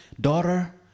daughter